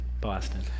Boston